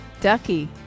ducky